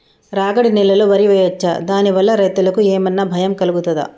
రాగడి నేలలో వరి వేయచ్చా దాని వల్ల రైతులకు ఏమన్నా భయం కలుగుతదా?